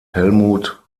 helmuth